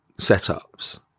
setups